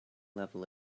level